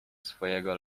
swojego